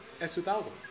S2000